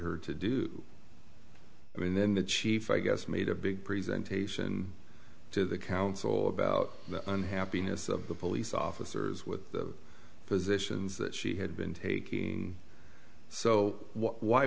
her to do and then the chief i guess made a big present ation to the council about the unhappiness of the police officers with the positions that she had been taking so why